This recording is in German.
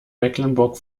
mecklenburg